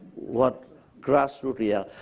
what grassroot here.